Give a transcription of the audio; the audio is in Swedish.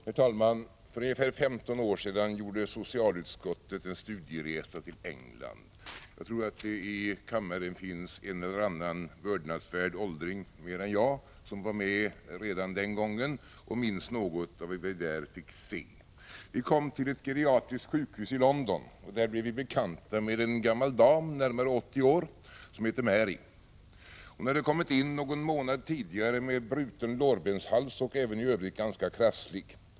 Herr talman! För ungefär 15 år sedan gjorde socialutskottet en studieresa till England. Jag tror att det i kammaren finns en eller annan vördnadsvärd åldring mer än jag som var med redan den gången och minns något av vad vi där fick se. Vi kom till ett geriatriskt sjukhus i London, och där blev vi bekanta med en gammal dam, närmare 80 år, som hette Mary. Hon hade kommit in någon månad tidigare med bruten lårbenshals och var även i övrigt ganska krasslig.